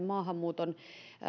maahanmuuton